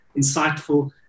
insightful